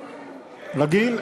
רגיל?